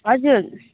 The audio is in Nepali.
हजुर